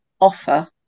offer